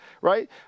Right